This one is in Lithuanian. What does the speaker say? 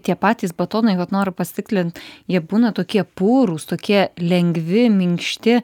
tie patys batonai vat noriu pasitikslint jie būna tokie purūs tokie lengvi minkšti